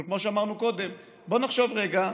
אבל כמו שאמרנו קודם, בואו נחשוב רגע,